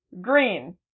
green